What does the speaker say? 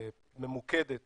ממוקדת